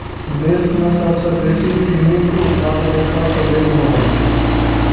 देश मे सबसं बेसी चीनीक उत्पादन उत्तर प्रदेश मे होइ छै